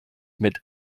mit